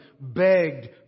begged